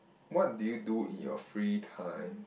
what do you do in your free time